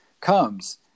comes